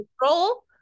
control